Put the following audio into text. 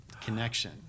connection